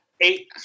eight